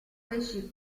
pesci